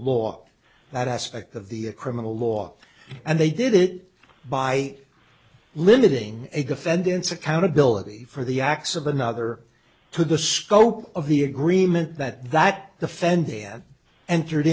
law that aspect of the criminal law and they did it by limiting a defendant's accountability for the acts of another to the scope of the agreement that that the fendi had entered